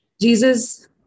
Jesus